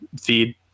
feed